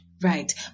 Right